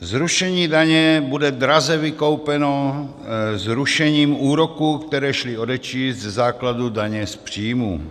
Zrušení daně bude draze vykoupeno zrušením úroků, které šly odečíst ze základu daně z příjmů.